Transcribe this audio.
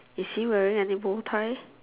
is he wearing any bow tie